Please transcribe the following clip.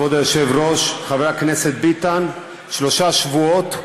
כבוד היושב-ראש, חבר הכנסת ביטן, שלושה שבועות,